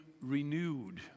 renewed